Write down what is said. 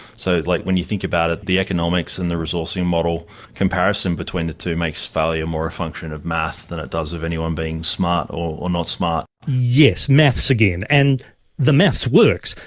so like when you think about it, the economics and the resourcing model comparison between the two makes failure more a function of maths than it does of anyone being smart or not smart. yes, maths again, and the maths works.